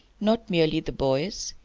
not merely the boys,